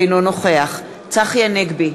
אינו נוכח צחי הנגבי,